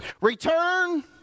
Return